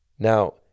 Now